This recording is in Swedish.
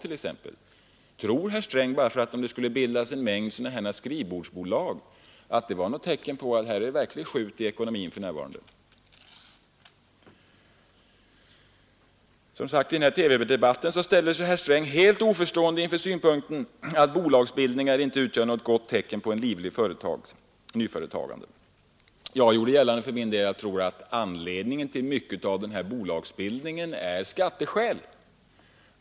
Tror herr Sträng att det förhållandet att det bildas en mängd skrivbordsbolag är något tecken på att det för närvarande är ett verkligt skjut i ekonomin? I TV-debatten ställde sig herr Sträng helt oförstående inför synpunkten att bolagsbildningar inte utgör något tecken på ett livligt nyföretagande. Jag gjorde för min del gällande att en stor del av anledningen till denna bolagsbildning är skattetekniska synpunkter.